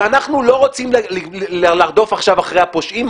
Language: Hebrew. שאנחנו לא רוצים לרדוף עכשיו אחרי הפושעים,